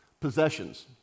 possessions